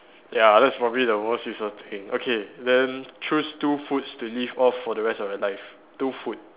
ya that's probably the most useless thing okay then choose two foods to live off for the rest of your life two food